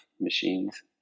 machines